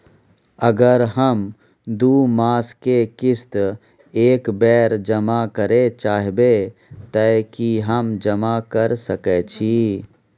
अगर हम दू मास के किस्त एक बेर जमा करे चाहबे तय की हम जमा कय सके छि?